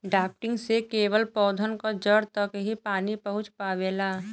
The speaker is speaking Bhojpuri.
ड्राफ्टिंग से केवल पौधन के जड़ तक ही पानी पहुँच पावेला